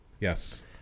Yes